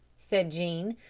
said jean.